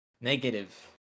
Negative